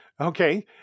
Okay